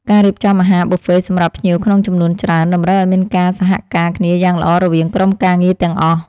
ការរៀបចំអាហារប៊ូហ្វេសម្រាប់ភ្ញៀវក្នុងចំនួនច្រើនតម្រូវឱ្យមានការសហការគ្នាយ៉ាងល្អរវាងក្រុមការងារទាំងអស់។